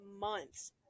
months